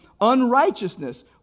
unrighteousness